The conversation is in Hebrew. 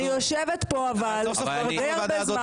אני יושבת פה די הרבה זמן.